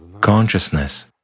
consciousness